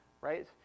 right